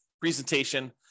presentation